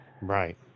Right